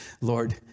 Lord